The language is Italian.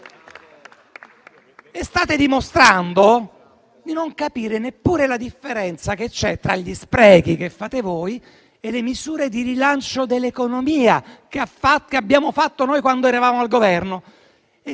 State dimostrando di non capire neppure la differenza che c'è tra gli sprechi che fate voi e le misure di rilancio dell'economia che abbiamo fatto noi, quando eravamo al Governo.